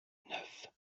neuf